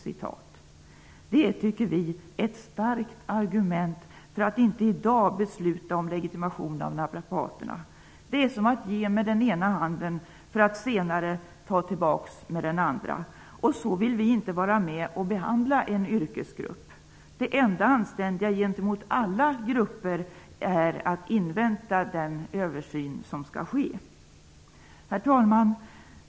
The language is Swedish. Det är, tycker vi, ett starkt argument för att inte i dag besluta om legitimation av naprapaterna. Det är som att ge med den ena handen för att senare ta tillbaka med den andra. Så vill vi inte vara med och behandla en yrkesgrupp. Det enda anständiga gentemot alla grupper är att invänta den översyn som skall ske. Herr talman!